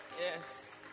yes